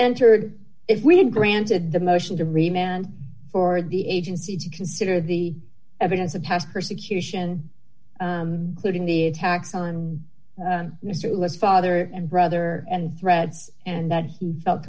entered if we had granted the motion to remain for the agency to consider the evidence of past persecution clearing the attacks on mr list father and brother and threads and that he felt